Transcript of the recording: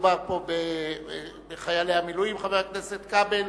מדובר פה בחיילי המילואים, חברי הכנסת כבל.